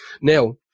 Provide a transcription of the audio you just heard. Now